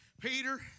Peter